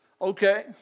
Okay